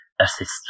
assist